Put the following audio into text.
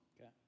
Okay